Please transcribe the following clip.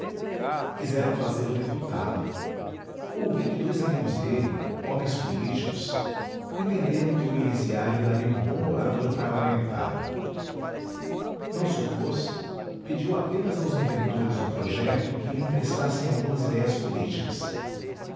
a alma quiseram fazê-lo deputado ouvi que dois amigos dele homens políticos entenderam que o elisiário daria um bom orador parlamentar não se opôs pediu apenas aos inventores do projeto que lhe emprestassem algumas idéias políticas